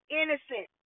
innocent